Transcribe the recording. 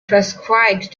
prescribed